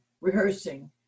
rehearsing